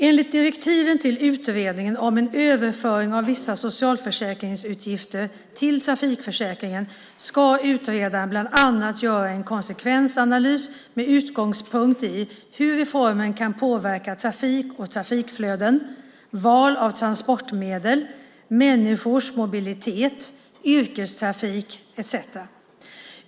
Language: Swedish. Enligt direktiven till utredningen om en överföring av vissa socialförsäkringsutgifter till trafikförsäkringen ska utredaren bland annat göra en konsekvensanalys med utgångspunkt i hur reformen kan påverka trafik och trafikflöden, val av transportmedel, människors mobilitet, yrkestrafik etcetera.